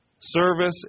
Service